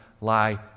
lie